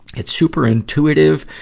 it's super intuitive.